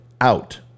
out